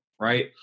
right